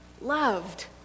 loved